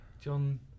John